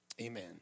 Amen